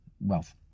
wealth